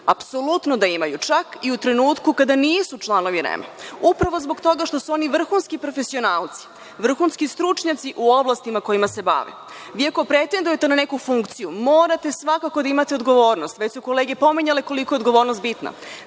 Apsolutno da imaju, čak i u trenutku kada nisu članovi REM-a upravo zbog toga što su oni vrhunski profesionalci, vrhunski stručnjaci u oblastima kojima se bave. Vi ako pretendujete na neku funkciju morate svakako da imate odgovornost. Već su kolege pominjale koliko je odgovornost bitna.